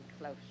close